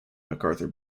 mcarthur